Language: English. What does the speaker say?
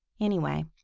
anyway,